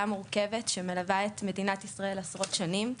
מורכבת שמלווה את מדינת ישראל עשרות שנים.